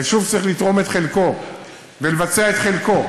היישוב צריך לתרום את חלקו ולבצע את חלקו.